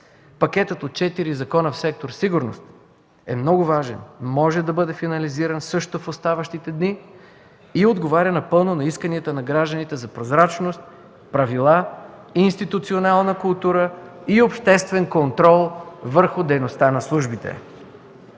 Пакетът от четири закона в сектор „Сигурност” е много важен, може да бъде финализиран също в оставащите дни и отговаря напълно на изискванията на гражданите за прозрачност, правила, институционална култура и обществен контрол върху дейността на службите.